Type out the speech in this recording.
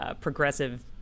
progressive